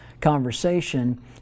conversation